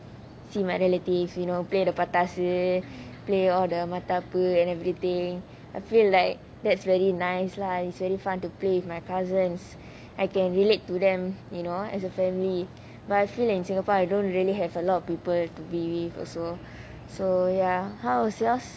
see my relatives you know play the பட்டாசு:pataasu play all the மத்தாப்பூ:mathapoo and everything I feel like that's really nice lah it's very fun to play with my cousins I can relate to them you know as a family but I feel in singapore I don't really have a lot of people to be with also so ya how is yours